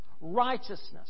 righteousness